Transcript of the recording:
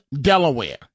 Delaware